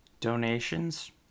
donations